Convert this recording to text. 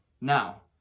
now